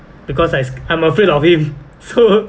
because I sc~ I'm afraid of him so